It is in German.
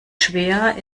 schwer